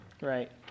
Right